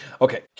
Okay